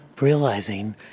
realizing